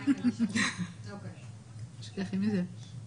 כנ"ל לגבי רכישות און-ליין צריך להקליד מספרי תעודה זהות.